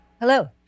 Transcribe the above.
Hello